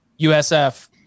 USF